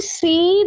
see